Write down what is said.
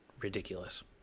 ridiculous